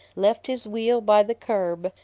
left his wheel by the curb,